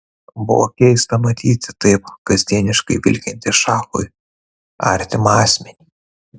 buvo keista matyti taip kasdieniškai vilkintį šachui artimą asmenį